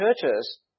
churches